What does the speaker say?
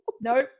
nope